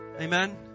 amen